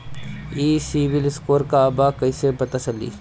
ई सिविल स्कोर का बा कइसे पता चली?